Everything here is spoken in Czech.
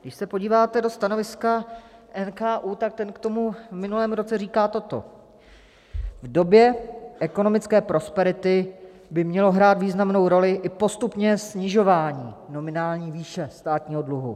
Když se podíváte do stanoviska NKÚ, tak ten k tomu v minulém roce říká toto: V době ekonomické prosperity by mělo hrát významnou roli i postupné snižování nominální výše státního dluhu.